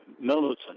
militant